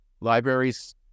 libraries